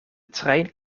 trein